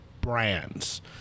brands